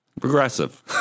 Progressive